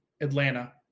atlanta